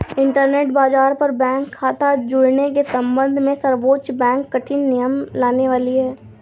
internet बाज़ार पर bank खता जुड़ने के सम्बन्ध में सर्वोच्च बैंक कठिन नियम लाने वाली है